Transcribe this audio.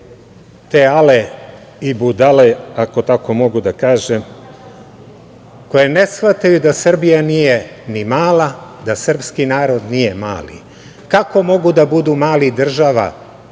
te ale i budale, ako tako mogu da kažem, koje ne shvataju da Srbija nije ni mala, da srpski narod nije mali. Kako mogu da budu mali država